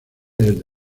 desde